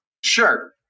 Sure